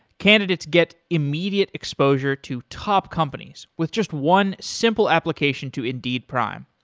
candidates get immediate exposure to top companies with just one simple application to indeed prime.